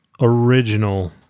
original